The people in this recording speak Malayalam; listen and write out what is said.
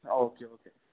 okay okay